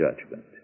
judgment